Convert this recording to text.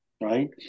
right